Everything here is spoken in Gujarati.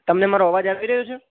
તમને મારો અવાજ આવી રહ્યો છે